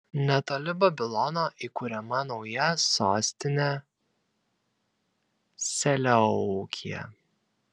netoli babilono įkuriama nauja sostinė seleukija